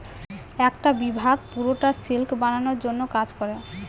একটা বিভাগ পুরোটা সিল্ক বানানোর জন্য কাজ করে